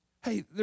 Hey